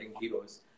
heroes